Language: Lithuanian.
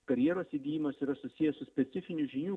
karjeros įgyjimas yra susijęs su specifinių žinių